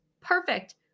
Perfect